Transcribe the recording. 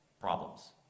problems